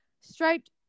striped